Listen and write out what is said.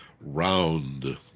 round